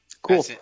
Cool